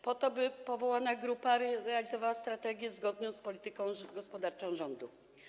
Po to, by powołana grupa realizowała strategię zgodną z polityką gospodarczą rządu.